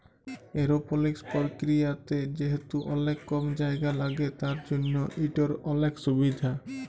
এরওপলিকস পরকিরিয়াতে যেহেতু অলেক কম জায়গা ল্যাগে তার জ্যনহ ইটর অলেক সুভিধা